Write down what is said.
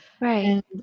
Right